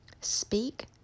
speak